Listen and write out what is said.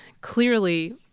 clearly